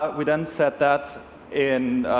ah we then set that in